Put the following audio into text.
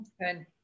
Good